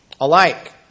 alike